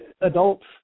adults